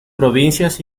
provincias